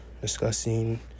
discussing